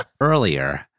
earlier